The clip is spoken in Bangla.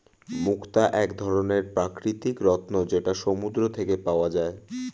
মুক্তা এক ধরনের প্রাকৃতিক রত্ন যেটা সমুদ্র থেকে পাওয়া যায়